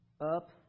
up